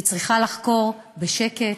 היא צריכה לחקור בשקט,